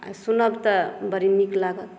सुनब तऽ बड नील लागत